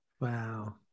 Wow